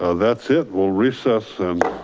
ah that's it we'll recess. and